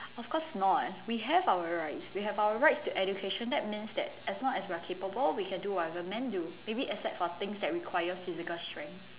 of course not we have our rights we have our rights to education that means that as long as we are capable we can do whatever men do maybe except for things that require physical strength